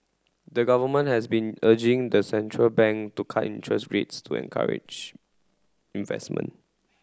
the government has been urging the central bank to cut interest rates to encourage investment